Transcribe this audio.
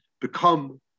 become